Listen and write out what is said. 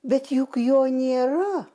bet juk jo nėra